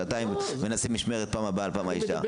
שעתיים ולהחליף משמרות בין הבעל לבין האישה,